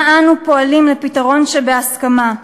שבה אנו פועלים לפתרון שבהסכמה.